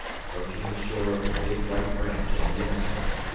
approaching the shore of the big right branch of the yenisei,